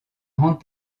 rendent